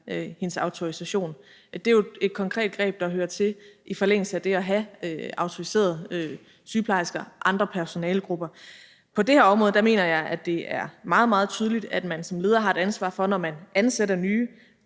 hendes autorisation – det er jo et konkret greb, der hører til i forlængelse af det at have autoriserede sygeplejersker og andre personalegrupper. På det her område mener jeg at det er meget, meget tydeligt, og der er en klar forventning om,